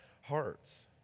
hearts